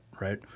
right